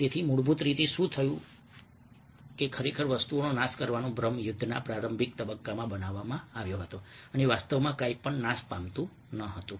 તેથી મૂળભૂત રીતે શું થયું કે ખરેખર વસ્તુઓનો નાશ કરવાનો ભ્રમ યુદ્ધના પ્રારંભિક તબક્કામાં બનાવવામાં આવ્યો હતો અને વાસ્તવમાં કંઈપણ નાશ પામતું ન હતું